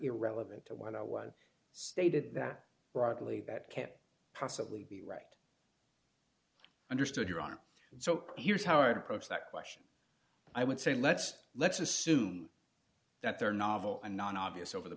irrelevant to why no one stated that broadly that can't possibly be right understood your arm so here's how i approach that question i would say let's let's assume that there are novel and non obvious over the